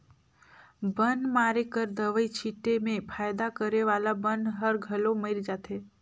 बन मारे कर दवई छीटे में फायदा करे वाला बन हर घलो मइर जाथे